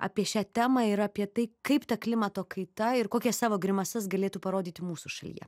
apie šią temą ir apie tai kaip ta klimato kaita ir kokias savo grimasas galėtų parodyti mūsų šalyje